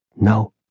No